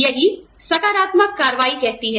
यही सकारात्मक कार्रवाई कहती है